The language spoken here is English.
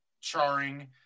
charring